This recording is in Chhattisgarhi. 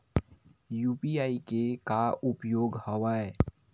यू.पी.आई के का उपयोग हवय?